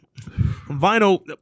Vinyl